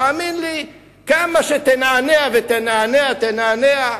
תאמין לי, כמה שתנענע, ותנענע, תנענע,